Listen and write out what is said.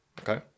okay